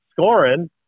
scoring